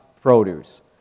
produce